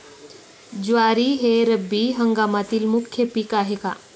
ज्वारी हे रब्बी हंगामातील मुख्य पीक आहे का?